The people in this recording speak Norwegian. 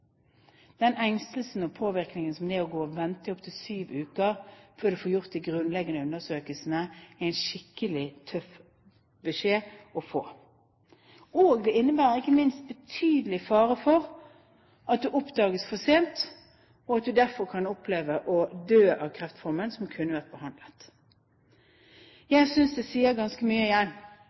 Den engstelsen og påkjenningen som det er å gå og vente i opptil syv uker for å få gjort de grunnleggende undersøkelsene, er skikkelig tøff. Det er en tøff beskjed å få, og det innebærer ikke minst betydelig fare for at kreft oppdages for sent, og at man derfor kan oppleve å dø av kreftformer som kunne ha vært behandlet. Jeg synes det sier ganske mye,